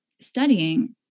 studying